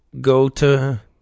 go-to